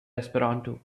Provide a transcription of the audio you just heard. esperanto